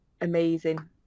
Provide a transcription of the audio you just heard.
amazing